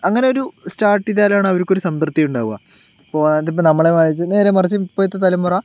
അങ്ങനൊരു സ്റ്റാർട്ട് ചെയ്താലാണ് അവർക്കൊരു സംതൃപ്തി ഉണ്ടാവുക അപ്പോൾ അതിപ്പോൾ നമ്മളുടെ കാഴ്ച നേരെ മറിച്ച് ഇപ്പോഴത്തെ തലമുറ